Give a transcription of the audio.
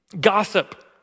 Gossip